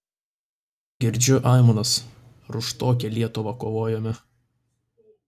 girdžiu aimanas ar už tokią lietuvą kovojome